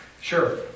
sure